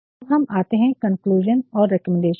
अब हम आते हैं कंक्लुजनऔर रिकमेंडेशन पर